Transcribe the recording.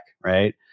right